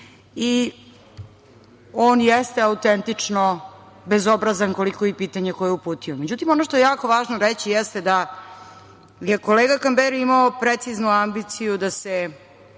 On jeste autentično bezobrazan koliko i pitanje koje je uputio.Međutim, ono što je jako važno reći jeste da je kolega Kamberi imao preciznu ambiciju da se